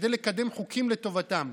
וכדי לקדם חוקים לטובתם.